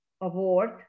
award